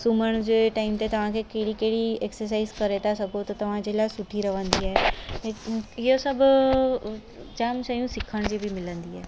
सुम्हण जे टाइम ते तव्हांखे कहिड़ी कहिड़ी एक्सरसाइज़ करे था सघो त तव्हांजे लाइ सुठी रहंदी आहे इहो सभु जाम शयूं सिखण जी बि मिलंदी आहे